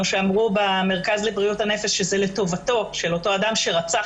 שאמרו במרכז לבריאות הנפש שזה לטובתו של אותו אדם שרצח